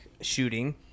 shooting